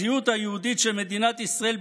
הזהות היהודית של מדינת ישראל,